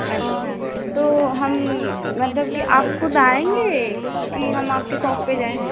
अच्छा तो हम मतलब कि आप खुद आएँगे कि हम आपकी सॉप पर जाएँ